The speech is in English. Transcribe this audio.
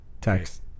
Text